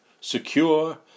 secure